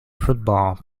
football